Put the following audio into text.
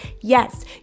Yes